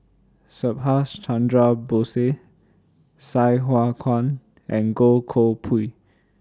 Subhas Chandra Bose Sai Hua Kuan and Goh Koh Pui